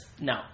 no